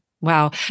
Wow